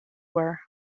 were